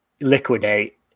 liquidate